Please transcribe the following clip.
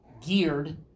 geared